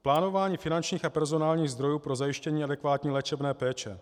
Plánování finančních a personálních zdrojů pro zajištění adekvátní léčebné péče.